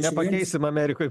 nepakeisim amerikoj